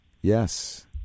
Yes